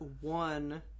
one